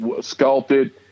sculpted